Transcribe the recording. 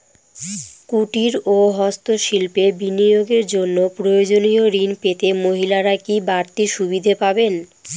কুটীর ও হস্ত শিল্পে বিনিয়োগের জন্য প্রয়োজনীয় ঋণ পেতে মহিলারা কি বাড়তি সুবিধে পাবেন?